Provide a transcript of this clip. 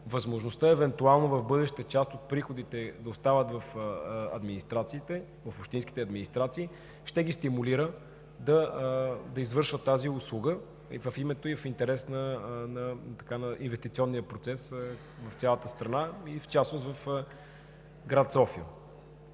възможността в бъдеще част от приходите да остават в общинските администрации ще стимулира да извършват тази услуга в името и в интереса на инвестиционния процес в цялата страна, в частност в град София.